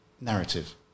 narrative